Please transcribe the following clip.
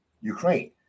Ukraine